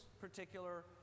particular